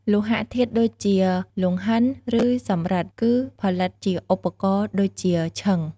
លោហៈធាតុដូចជា លង្ហិន ឬសំរឹទ្ធគឺផលិតជាឧបករណ៍ដូចជា ឈិង។